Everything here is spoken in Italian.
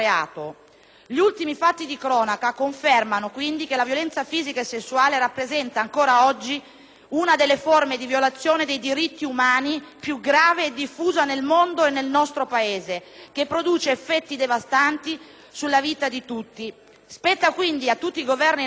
una delle forme di violazione dei diritti umani più grave e diffusa nel mondo e nel nostro Paese, che produce effetti devastanti sulla vita di tutti. Spetta quindi a tutti i Governi nazionali adottare misure rigorose per arginare tale fenomeno e per tutelare i diritti degli individui,